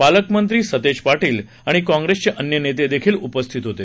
पालकमंत्री सतेज पाटील आणि काँग्रेसचे अन्य नेते उपस्थित होते